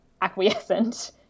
acquiescent